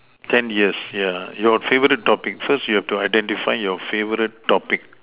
ten years yeah your favorite topic first you will have to identify your favorite topic